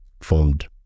formed